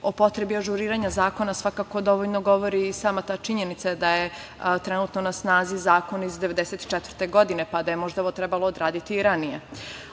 O potrebi ažuriranja zakona svakako dovoljno govori i sama činjenica da je trenutno na snazi zakon iz 1994. godine, pa da je možda ovo trebalo odraditi ranije.